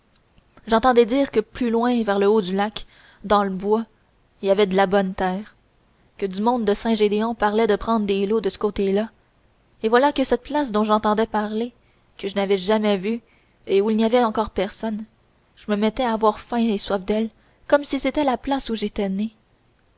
j'entendais dire que plus loin vers le haut du lac dans le bois il y avait de la bonne terre que du monde de saint gédéon parlait de prendre des lots de ce côté-là et voilà que cette place dont j'entendais parler que je n'avais jamais vue et où il n'y avait encore personne je me mettais à avoir faim et soif d'elle comme si c'était la place où jétais né